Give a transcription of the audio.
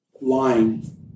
lying